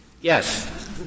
Yes